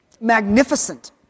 magnificent